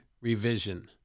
Revision